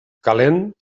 calent